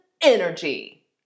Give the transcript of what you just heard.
energy